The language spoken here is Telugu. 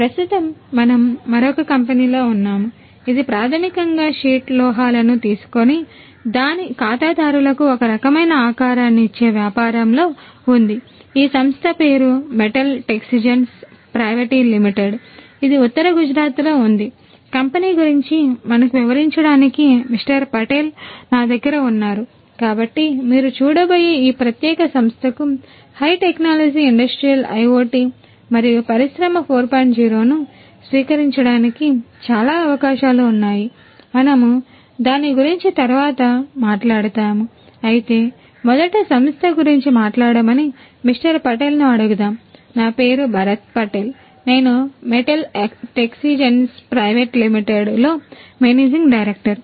ప్రస్తుతంమనము మరొక కంపెనీలో ఉన్నాము ఇది ప్రాథమికంగా షీట్ లో మేనేజింగ్ డైరెక్టర్